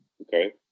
Okay